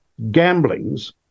gamblings